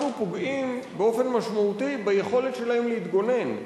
אנחנו פוגעים באופן משמעותי ביכולת שלהם להתגונן.